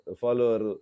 follower